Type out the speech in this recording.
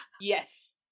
Yes